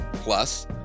Plus